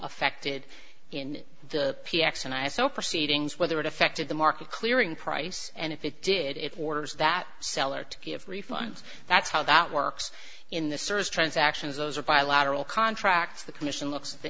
affected in the p x and i saw proceedings whether it affected the market clearing price and if it did it orders that seller to give refunds that's how that works in the service transactions those are bilateral contracts the commission look